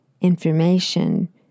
information